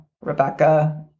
Rebecca